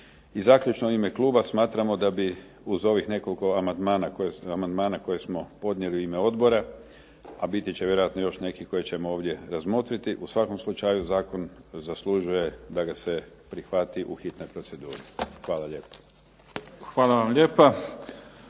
I zaključno u ime kluba, smatramo da bi uz ovih nekoliko amandmana koje smo podnijeli u ime odbora a biti će vjerojatno još nekih koje ćemo ovdje razmotriti u svakom slučaju zakon zaslužuje da ga se prihvati u hitnoj proceduri. Hvala lijepo. **Mimica,